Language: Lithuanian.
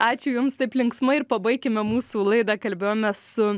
ačiū jums taip linksmai ir pabaikime mūsų laidą kalbėjome su